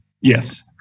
Yes